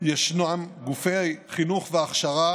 יש גופי חינוך והכשרה